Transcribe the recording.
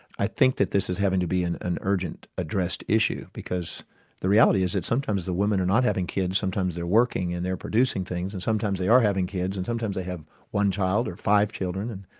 i think that this is having to be an an urgently addressed issue, because the reality is that sometimes the women are not having kids, sometimes they're working, and they're producing things, and sometimes they are having kids, and sometimes they have one child, or five children.